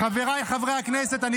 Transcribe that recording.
חבר הכנסת מיקי לוי.